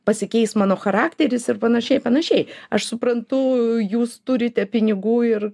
pasikeis mano charakteris ir panašiai panašiai aš suprantu jūs turite pinigų ir